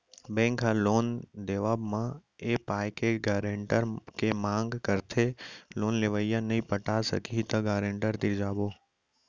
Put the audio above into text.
bank ह loan देवब म ए पाय के गारेंटर के मांग करथे लोन लेवइया नइ पटाय सकही त गारेंटर तीर जाबो